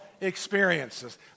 experiences